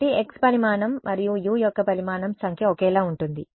కాబట్టి x పరిమాణం మరియు u యొక్క పరిమాణం సంఖ్య ఒకేలా ఉంటుంది